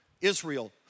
Israel